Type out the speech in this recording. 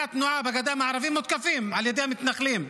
התנועה בגדה המערבית מותקפים על ידי מתנחלים.